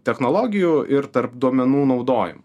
technologijų ir tarp duomenų naudojimo